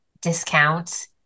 discount